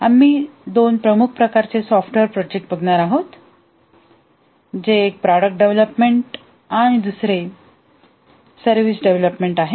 आम्ही दोन प्रमुख प्रकारचे सॉफ्टवेअर प्रोजेक्ट बघणार आहोत जे एक प्रॉडक्ट डेव्हलपमेंट आणि दुसरे सर्विस डेव्हलपमेंट आहे